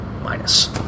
minus